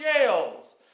shells